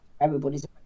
everybody's